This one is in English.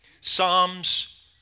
Psalms